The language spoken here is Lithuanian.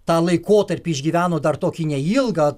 tą laikotarpį išgyveno dar tokį neilgą